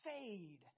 Fade